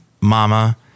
Mama